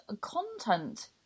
content